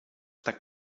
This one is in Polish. tak